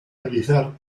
realizar